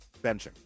Benching